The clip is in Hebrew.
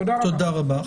תודה רבה.